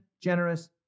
Generous